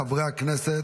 חברי הכנסת,